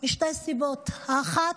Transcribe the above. משתי סיבות: אחת,